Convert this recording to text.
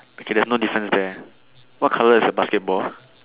because there's no difference there what colour is the basketball